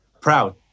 proud